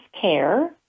Care